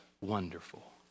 wonderful